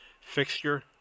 fixture